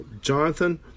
Jonathan